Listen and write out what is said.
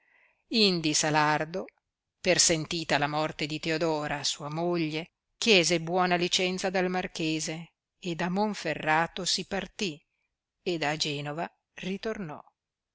indi salardo persentita la morte di teodora sua moglie chiese buona licenza dal marchese e da monferrato si partì ed a genova ritornò